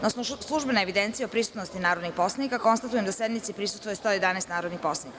Na osnovu službene evidencije o prisutnosti narodnih poslanika, konstatujem da sednici prisustvuje 111 narodnih poslanika.